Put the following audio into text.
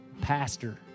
pastor